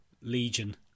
Legion